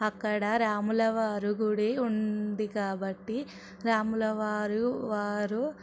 అక్కడ రాములవారు గుడి ఉంది కాబట్టి రాములవారు వారు